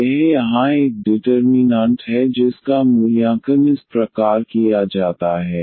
यह यहाँ एक डिटरमीनांट है जिसका मूल्यांकन इस प्रकार किया जाता है